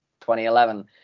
2011